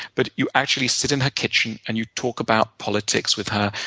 but you actually sit in her kitchen and you talk about politics with her,